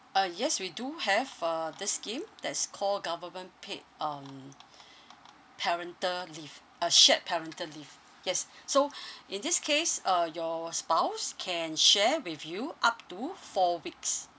uh yes we do have uh this scheme that's call government paid um parental leave uh shared parental leave yes so in this case uh your spouse can share with you up to four weeks